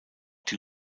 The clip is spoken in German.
die